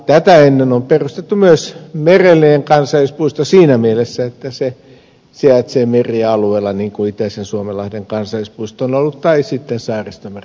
tätä ennen on perustettu myös merellinen kansallispuisto siinä mielessä että se sijaitsee merialueella niin kuin itäisen suomenlahden kansallispuisto tai sitten saaristomeren kansallispuisto on ollut